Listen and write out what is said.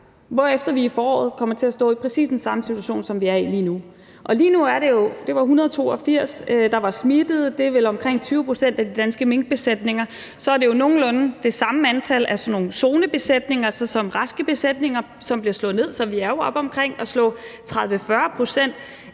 hvorefter vi i foråret kommer til at stå i præcis den samme situation, som vi er i lige nu. Lige nu er det jo 182 farme, der er smittet, og det er vel omkring 20 pct. af de danske minkbesætninger, og så er det jo nogenlunde det samme antal af sådan nogle zonebesætninger, altså raske besætninger, som bliver slået ned. Så vi er jo oppe omkring at slå 30-40 pct.